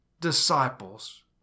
disciples